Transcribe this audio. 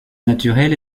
naturelle